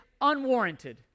unwarranted